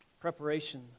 Preparation